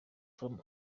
from